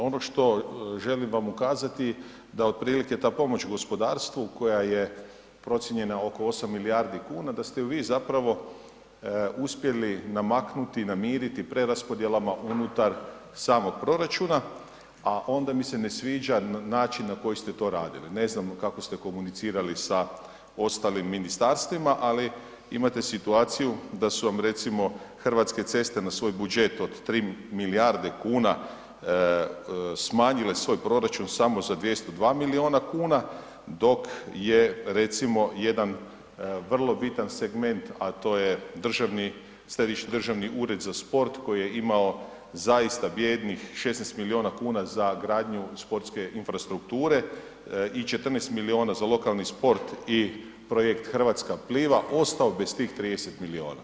Ono što želim vam ukazati da otprilike ta pomoć gospodarstvu koja je procijenjena oko 8 milijardi kuna da ste ju vi zapravo uspjeli namaknuti, namiriti preraspodjelama unutar samoga proračuna, a onda mi se ne sviđa način na koji ste to radili, ne znamo kako ste komunicirali sa ostalim ministarstvima, ali imate situaciju da su vam recimo Hrvatske ceste na svoj buđet od 3 milijarde kuna smanjile svoj proračun samo za 202 miliona kuna dok je recimo jedan vrlo bitan segment, a to je Središnji državni ured za sport koji je imao zaista bijednih 16 miliona kuna za gradnju sportske infrastrukture i 14 miliona za lokalni sport i projekt Hrvatska pliva ostao bez tih 30 miliona.